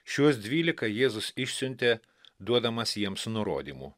šiuos dvylika jėzus išsiuntė duodamas jiems nurodymų